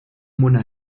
mona